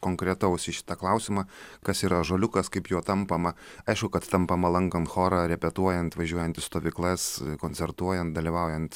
konkretaus šitą klausimą kas yra ąžuoliukas kaip juo tampama aišku kad tampama lankant chorą repetuojant važiuojant į stovyklas koncertuojant dalyvaujant